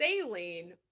saline